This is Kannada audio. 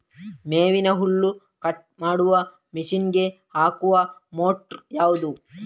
ಮೇವಿನ ಹುಲ್ಲು ಕಟ್ ಮಾಡುವ ಮಷೀನ್ ಗೆ ಹಾಕುವ ಮೋಟ್ರು ಯಾವುದು?